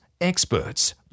experts